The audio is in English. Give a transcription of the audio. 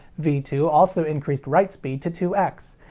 v two also increased write speed to two x.